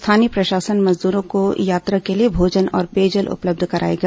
स्थानीय प्रशासन मजदूरों को यात्रा के लिए भोजन और पेयजल उपलब्ध कराएगा